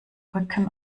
rücken